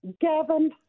Gavin